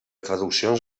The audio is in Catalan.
traduccions